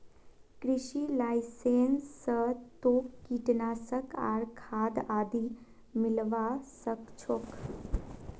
कृषि लाइसेंस स तोक कीटनाशक आर खाद आदि मिलवा सख छोक